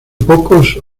pocos